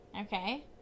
Okay